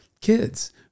kids